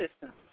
system